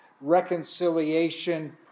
reconciliation